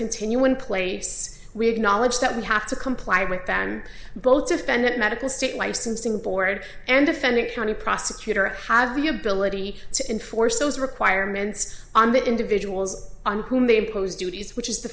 continue in place we have knowledge that we have to comply with than both defendant medical state licensing board and defendant county prosecutor have the ability to enforce those requirements on the individuals whom they impose duties which is the